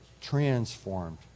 transformed